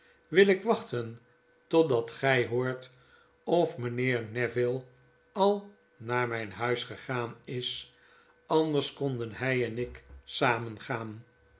wil ik wachten totdat gy hoort of mynheer neville al naar myn huis gegaan is anders konden hij en ik